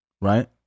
right